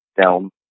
down